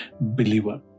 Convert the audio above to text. believer